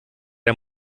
der